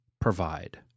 provide